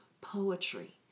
poetry